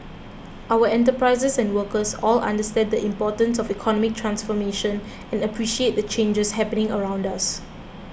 our enterprises and workers all understand the importance of economic transformation and appreciate the changes happening around us